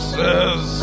says